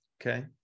okay